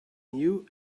new